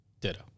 Ditto